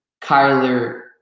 Kyler